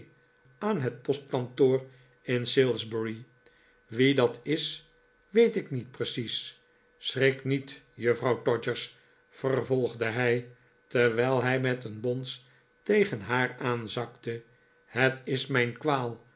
aan het postkantoor in salisbury wie dat is weet ik niet precies schrik niet juffrouw todgers vervolgde hij terwijl hij met een bons tegen haar aanzakte het is mijn kwaal